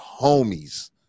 homies